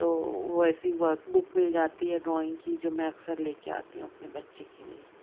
تو ویسی workbook مل جاتی ہے ڈرائینگ کی جو میں اکثر لے کے آتی ہوں اپنے بچے کے لیے